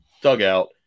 dugout